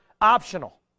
optional